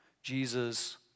Jesus